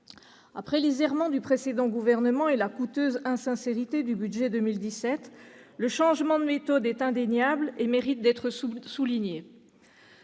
Après les errements du précédent gouvernement et la coûteuse insincérité du budget 2017, le changement de méthode est indéniable et mérite d'être souligné.